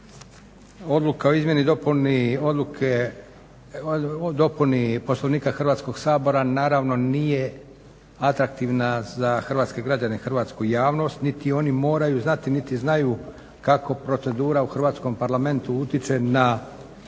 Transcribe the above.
Odluka o izmjeni i dopuni Poslovnika Hrvatski sabora naravno nije atraktivna za hrvatske građane i hrvatsku javnost, niti oni moraju znati niti znaju kako procedura u Hrvatskom parlamentu utiče na